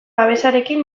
babesarekin